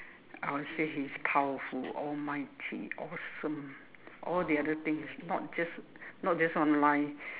I'll say he's powerful almighty awesome all the other things not just not just one line